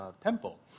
temple